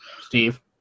Steve